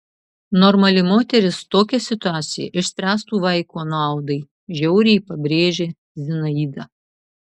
normali moteris tokią situaciją išspręstų vaiko naudai žiauriai pabrėžė zinaida